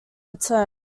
return